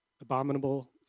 abominable